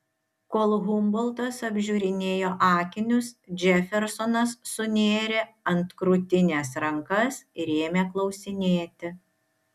kol humboltas apžiūrinėjo akinius džefersonas sunėrė ant krūtinės rankas ir ėmė klausinėti